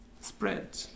spread